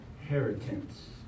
inheritance